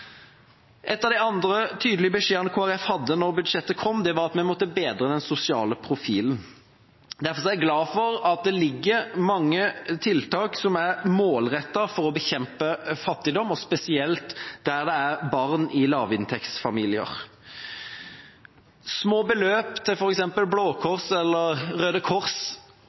av de andre tydelige beskjedene Kristelig Folkeparti hadde da budsjettet kom, var at vi måtte bedre den sosiale profilen. Derfor er jeg glad for at det ligger mange tiltak her som er målrettet for å bekjempe fattigdom, spesielt der det er barn i lavinntektsfamilier. Små beløp til f.eks. Blå Kors eller Røde Kors,